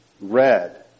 red